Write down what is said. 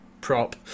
prop